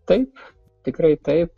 taip tikrai taip